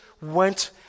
went